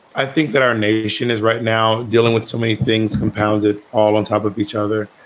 i think that our nation is right now dealing with so many things compounded all on top of each other.